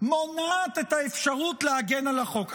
מונעת את האפשרות להגן על החוק.